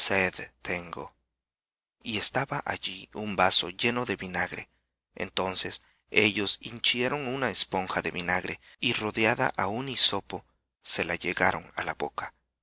tengo y estaba un vaso lleno de vinagre entonces ellos hinchieron una esponja de vinagre y rodeada á un hisopo se la llegaron á la boca